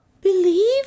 Believe